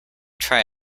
try